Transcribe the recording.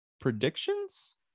predictions